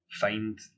find